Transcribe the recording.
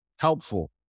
Helpful